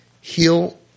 heal